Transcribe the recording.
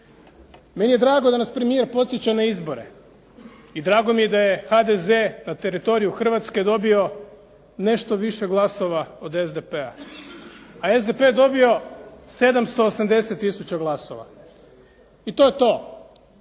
Meni je drago da nas premijer podsjeća na izbore i drago mi je da je HDZ na teritoriju Hrvatske dobio nešto više glasova od SDP-a, a SDP je dobio 780000 glasova i to je to.